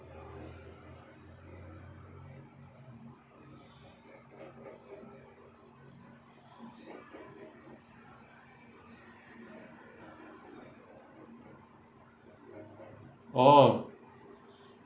orh